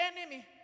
enemy